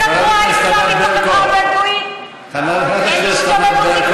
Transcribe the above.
בתנועה האסלאמית, בחברה הבדואית, אין השתוללות עם